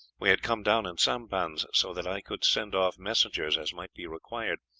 we had come down in sampans, so that i could send off messengers as might be required.